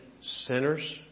sinners